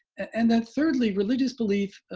and then thirdly, religious belief